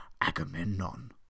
Agamemnon